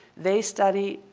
they study,